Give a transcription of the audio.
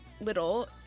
little